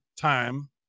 time